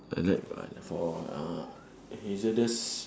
a lead but for uh hazardous